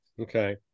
Okay